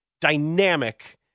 dynamic